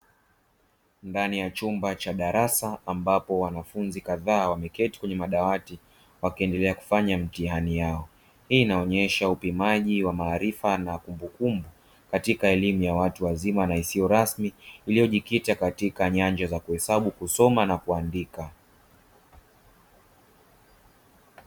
Ndani ya chumba cha darasa ambapo wanafunzi kadhaa wameketi kwenye madawati wakiendelea kufanya mtihani yao, hii inaonyesha upimaji wa maarifa na kumbukumbu katika elimu ya watu wazima na isiyo rasmi iliyojikita katika nyanja za kuhesabu kusoma na kuandika.